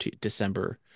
December